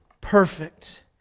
perfect